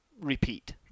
repeat